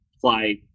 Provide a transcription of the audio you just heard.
fly